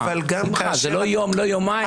שמחה, זה לא יום, לא יומיים.